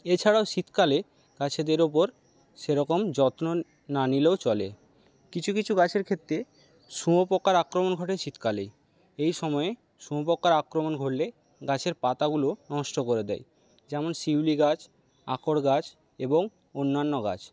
এছাড়াও শীতকালে গাছেদের ওপর সেরকম যত্ন না নিলেও চলে কিছু কিছু গাছের ক্ষেত্রে শুঁয়োপোকার আক্রমণ ঘটে শীতকালেই এইসময় শুঁয়োপোকার আক্রমণ ঘটলে গাছের পাতাগুলো নষ্ট করে দেয় যেমন শিউলি গাছ আঁকর গাছ এবং অন্যান্য গাছ